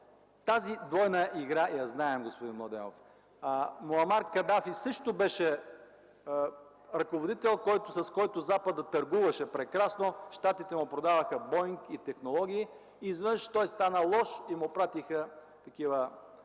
Тази двойна игра ние я знаем, господин Младенов! Муамар Кадафи също беше ръководител, с който Западът търгуваше прекрасно. Щатите му продаваха „Боинг” и технологии, но изведнъж той стана лош и разбуниха нещата,